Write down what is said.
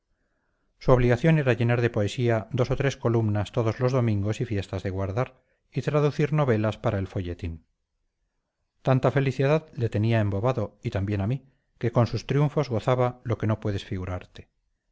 su obligación era llenar de poesía dos o tres columnas todos los domingos y fiestas de guardar y traducir novelas para el folletín tanta felicidad le tenía embobado y también a mí que con sus triunfos gozaba lo que no puedes figurarte